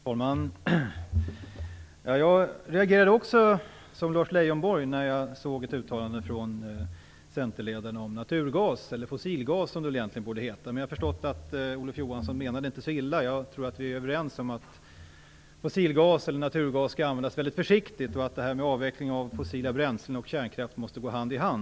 Fru talman! Jag reagerade också som Lars Leijonborg när jag såg ett uttalande från centerledaren om naturgas, eller fossilgas som det väl egentligen borde heta. Jag har dock förstått att Olof Johansson inte menade så illa. Jag tror vi är överens om att fossilgas eller naturgas skall användas väldigt försiktigt och att avveckling av både fossila bränslen och kärnkraft måste gå hand i hand.